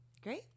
Great